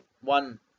one